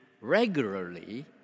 regularly